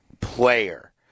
player